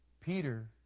Peter